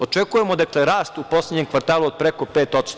Očekujemo rast u poslednjem kvartalu od preko 5%